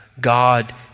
God